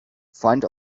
find